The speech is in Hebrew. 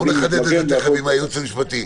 אנחנו נחדד את זה תיכף עם הייעוץ המשפטי.